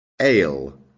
ale